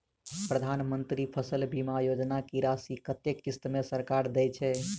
प्रधानमंत्री फसल बीमा योजना की राशि कत्ते किस्त मे सरकार देय छै?